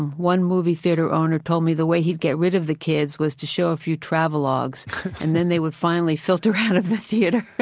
one movie theater owner told me the way he'd get rid of the kids was to show a few travelogues and then they would finally filter out of the theater.